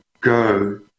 go